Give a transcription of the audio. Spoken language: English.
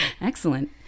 Excellent